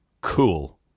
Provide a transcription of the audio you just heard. cool